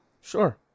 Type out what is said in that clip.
Sure